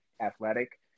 athletic